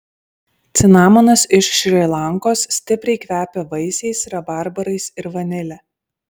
cinamonas iš šri lankos stipriai kvepia vaisiais rabarbarais ir vanile